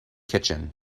kitchen